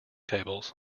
tables